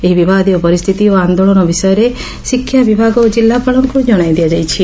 ଏହି ବିବାଦୀୟ ପରିସ୍ଚିତି ଓ ଆଦୋଳନ ବିଷୟରେ ଶିକ୍ଷା ବିଭାଗ ଓ ଜିଲ୍ଲାପାଳଙ୍କୁ ଜଣାଇ ଦିଆଯାଇଛି